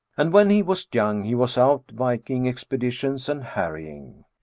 and when he was young he was out viking expeditions and harrying.